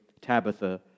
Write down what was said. Tabitha